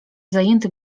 zajęty